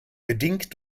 bedingt